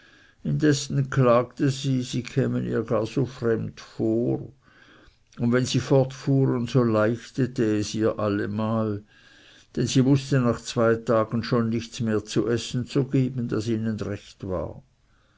indessen klagte sie sie kämen ihr gar so fremd vor und wenn sie fortfuhren so leichtete es ihr allemal denn sie wußte nach zwei tagen schon nichts mehr zu essen zu geben daß es ihnen recht war